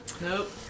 Nope